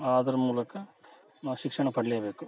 ಆದ್ರ ಮೂಲಕ ನಾವು ಶಿಕ್ಷಣ ಪಡಿಲೇಬೇಕು